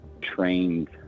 trained